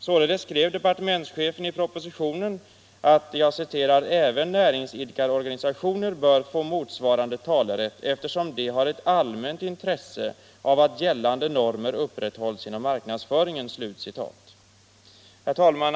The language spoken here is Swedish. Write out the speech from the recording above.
Således skrev departementschefen i propositionen att ”även näringsidkareorganisationer bör få motsvarande talerätt, eftersom de har ett allmänt intresse av att gällande normer upprätthålls inom marknadsföringen”. kål Herr talman!